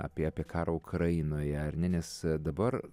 apie apie karą ukrainoje ar ne nes dabar